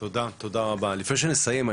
תודה רבה, לפני שנסיים.